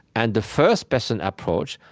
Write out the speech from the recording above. and the first-person approach,